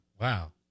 Wow